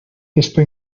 esto